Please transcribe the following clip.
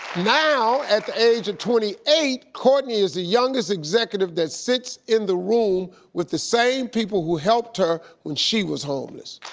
now, at the age of twenty eight, courtney is the youngest executive that sits in the room with the same people who helped her when she was homeless.